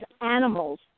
animals